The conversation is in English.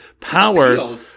power